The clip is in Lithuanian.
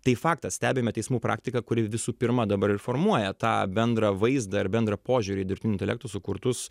tai faktas stebime teismų praktiką kuri visų pirma dabar ir formuoja tą bendrą vaizdą ir bendrą požiūrį į dirbtiniu intelektu sukurtus